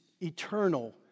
eternal